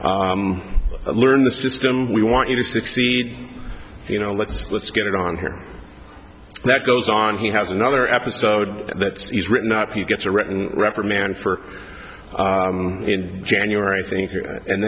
you learn the system we want you to succeed you know let's let's get it on here that goes on he has another episode that he's written up he gets a written reprimand for in january i thin